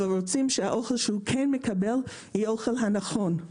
אבל רוצים שהאוכל שהוא כן מקבל יהיה האוכל הנכון,